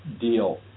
deal